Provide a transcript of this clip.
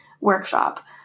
workshop